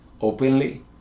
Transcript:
openly